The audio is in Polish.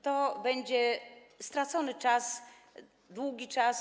To będzie stracony czas, długi czas.